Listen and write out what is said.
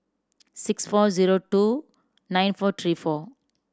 six four zero two nine four three four